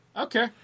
Okay